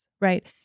right